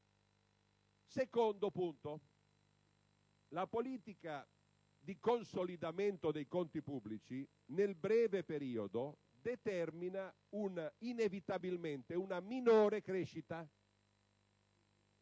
secondo punto. La politica di consolidamento dei conti pubblici nel breve periodo determina inevitabilmente una minore crescita.